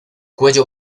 cuello